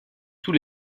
tous